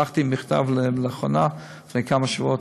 שלחתי מכתב לאחרונה, לפני כמה שבועות,